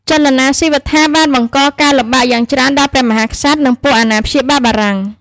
ចលនាស៊ីវត្ថាបានបង្កការលំបាកយ៉ាងច្រើនដល់ព្រះមហាក្សត្រ និងពួកអាណាព្យាបាលបារាំង។